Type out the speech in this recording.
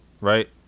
right